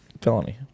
felony